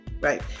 right